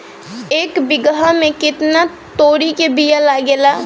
एक बिगहा में केतना तोरी के बिया लागेला?